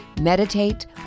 Meditate